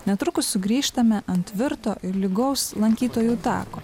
netrukus sugrįžtame ant tvirto ir lygaus lankytojų tako